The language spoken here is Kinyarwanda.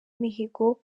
mihigo